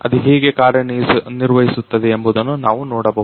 ಅದು ಹೇಗೆ ಕಾರ್ಯನಿರ್ವಹಿಸುತ್ತದೆ ಎಂಬುದನ್ನು ನಾವು ನೋಡಬಹುದೇ